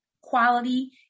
quality